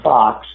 Fox